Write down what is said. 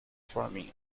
farming